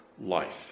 life